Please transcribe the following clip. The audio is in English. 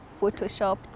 photoshopped